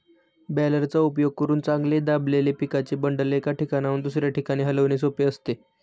बॅलरचा उपयोग करून चांगले दाबलेले पिकाचे बंडल, एका ठिकाणाहून दुसऱ्या ठिकाणी हलविणे सोपे असते